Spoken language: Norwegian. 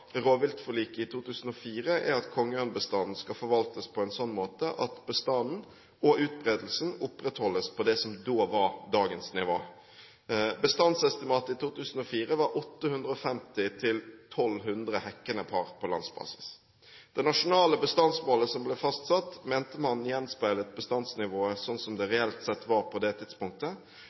rovviltforliket i 2004 er at kongeørnbestanden skal forvaltes på en slik måte at bestanden og utbredelsen opprettholdes på det som da var dagens nivå. Bestandsestimatet i 2004 var 850–1 200 hekkende par på landsbasis. Det nasjonale bestandsmålet som ble fastsatt, mente man gjenspeilet bestandsnivået slik det reelt sett var på det tidspunktet,